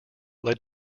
led